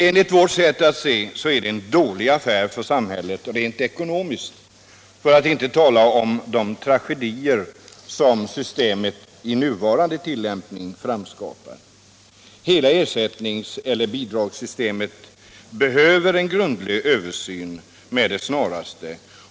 Enligt vårt sätt att se är det en dålig affär för samhället rent ekonomiskt — för att inte tala om de tragedier som systemet i nuvarande tillämpning framskapar. Hela ersättnings eller bidragssystemet behöver en grundlig översyn med det snaraste.